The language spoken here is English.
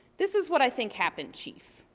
this is what i think happened, chief.